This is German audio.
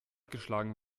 geschlagen